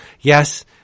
Yes